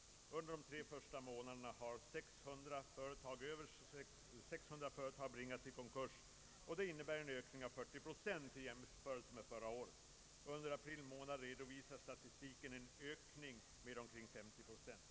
Under de tre första månaderna har över 600 företag bringats i konkurs. Det innebär en ökning med 40 procent i jämförelse med förra året. Under april månad redovisade statistiken en ökning med omkring 50 procent.